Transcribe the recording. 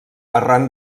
arran